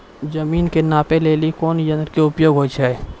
जमीन के नापै लेली कोन यंत्र के उपयोग होय छै?